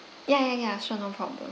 ya ya ya sure no problem